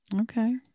Okay